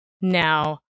Now